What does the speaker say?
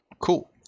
Cool